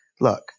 look